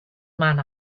man